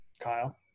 Kyle